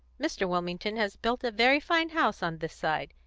mr. wilmington has built a very fine house on this side,